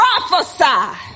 prophesy